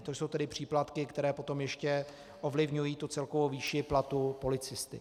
To jsou tedy příplatky, které potom ještě ovlivňují celkovou výši platu policisty.